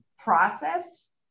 process